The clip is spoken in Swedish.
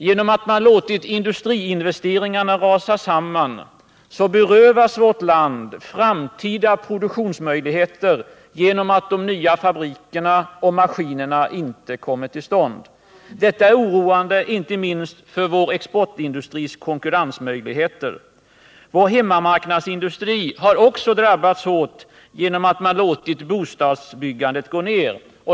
Genom att man låtit industriinvesteringarna rasa samman berövas vårt land framtida produktionsmöjligheter, eftersom de nya fabrikerna och maskinerna inte kommer till stånd. Detta är oroande, inte minst för vår exportindustris konkurrensmöjligheter. Vår hemmamarknadsindustri har också drabbats hårt genom att man låtit bostadsbyggandet gå ner.